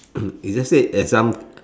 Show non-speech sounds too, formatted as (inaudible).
(coughs) if let's say at some